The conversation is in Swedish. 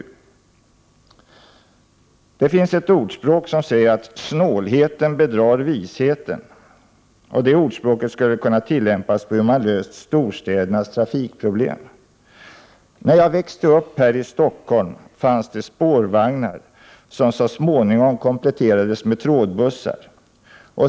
Det finns ett ordspråk som säger att snålheten bedrar visheten. Det ordspråket skulle kunna tillämpas på hur man löst storstädernas trafikproblem. När jag växte upp här i Stockholm fanns det spårvagnar som så småningom kompletterades med trådbussar.